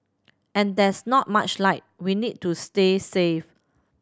and there's not much light we need to stay safe